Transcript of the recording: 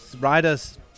Riders